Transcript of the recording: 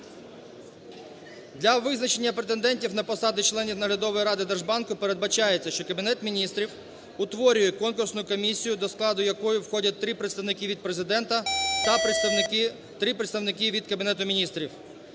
Для визначення претендентів на посади членів наглядової ради держбанку передбачається, що Кабінет Міністрів утворює конкурсну комісію, до складу якої входять 3 представники від Президента та 3 представники від Кабінету Міністрів.